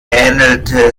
ähnelte